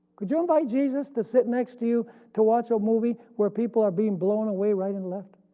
could you invite jesus to sit next to you to watch a movie where people are being blown away right and left?